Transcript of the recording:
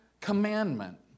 commandment